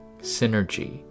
Synergy